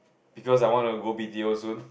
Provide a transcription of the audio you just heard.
because I want to go B_T_O soon